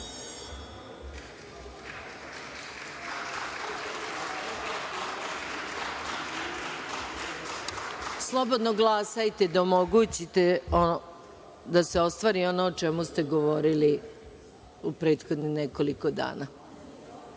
glasajte, da omogućite da se ostvari ono o čemu ste govorili u prethodnih nekoliko dana.